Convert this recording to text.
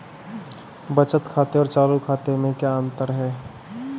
बचत खाते और चालू खाते में क्या अंतर है?